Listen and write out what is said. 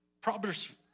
Proverbs